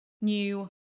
new